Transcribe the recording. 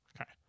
Okay